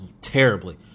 terribly